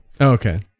Okay